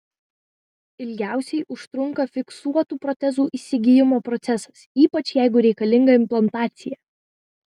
ilgiausiai užtrunka fiksuotų protezų įsigijimo procesas ypač jeigu reikalinga implantacija